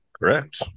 Correct